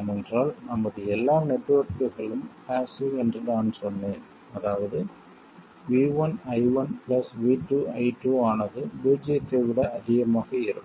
ஏனென்றால் நமது எல்லா நெட்வொர்க்குகளும் பாஸ்ஸிவ் என்று நான் சொன்னேன் அதாவது v1 i1 v2 i2 ஆனது பூஜ்ஜியத்தை விட அதிகமாக இருக்கும்